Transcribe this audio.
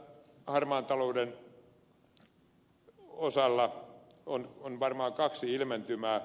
tässä harmaan talouden osalta on varmaan kaksi ilmentymää